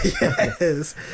Yes